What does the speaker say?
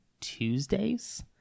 tuesdays